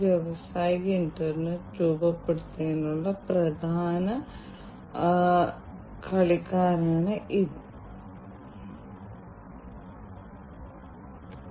ഉദാഹരണത്തിന് ഖനന പ്രക്രിയയിൽ രൂപം കൊള്ളുന്ന വ്യത്യസ്ത വാതകങ്ങളെ നിരീക്ഷിക്കുന്നത് കൽക്കരി ഖനികളിൽ വളരെ സാധാരണമാണ്